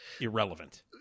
irrelevant